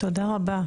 תודה רבה.